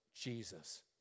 Jesus